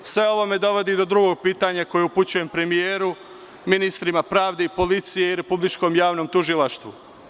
Sve ovo me dovodi do drugog pitanja koje upućujem premijeru, ministrima pravde i policije i Republičkom javnom tužilaštvu.